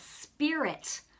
spirit